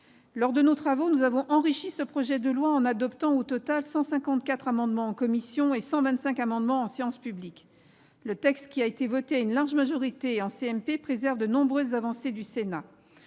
Lors de nos travaux, nous avons enrichi ce projet de loi en adoptant au total 154 amendements en commission et 125 amendements en séance publique. Le texte qui a été voté à une large majorité en commission mixte paritaire préserve de nombreuses avancées du Sénat.